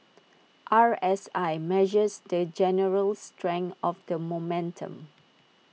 R S I measures the general strength of the momentum